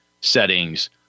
settings